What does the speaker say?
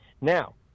Now